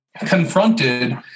confronted